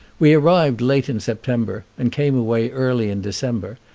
we arrived late in september and came away early in december,